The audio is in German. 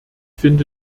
finde